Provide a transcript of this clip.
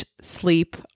sleep